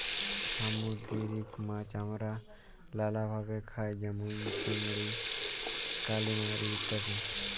সামুদ্দিরিক মাছ আমরা লালাভাবে খাই যেমল চিংড়ি, কালিমারি ইত্যাদি